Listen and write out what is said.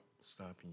stopping